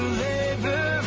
labor